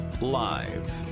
Live